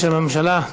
בשם הממשלה,